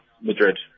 Madrid